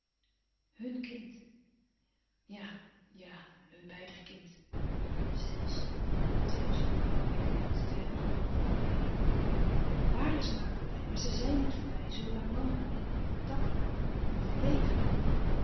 hùn kind ja-ja hun beider kind stil stil daan het zijn zulke ude dingen ze zijn allemaal al voorbij waren ze maar voorbij maar ze zijn niet voorbij zoo lang mama en takma nog